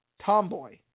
Tomboy